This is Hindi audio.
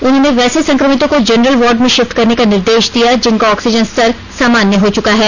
उन्होंने वैसे संक्रमितों को जनरल वार्ड में शिफ्ट करने का निर्देश दिया जिनका ऑक्सीजन स्तर सामान्य हो चुका है